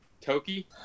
toki